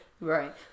Right